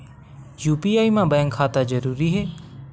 UPI मा bank खाता जरूरी हे?